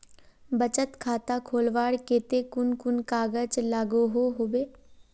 बचत खाता खोलवार केते कुन कुन कागज लागोहो होबे?